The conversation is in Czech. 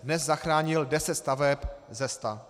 Dnes zachránil deset staveb ze sta.